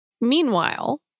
Meanwhile